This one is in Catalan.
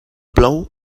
plou